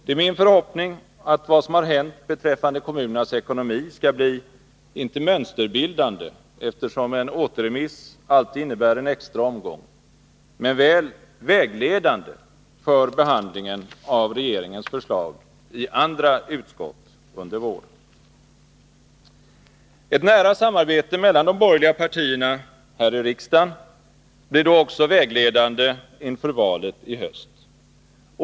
Det är min förhoppning att det som har hänt beträffande kommunernas ekonomi skall bli, inte mönsterbildande — eftersom en återremiss alltid innebär en extra omgång — men väl vägledande för behandlingen av regeringens förslag i andra utskott under våren. Ett nära samarbete mellan de borgerliga partierna här i riksdagen blir då också vägledande inför valet i höst.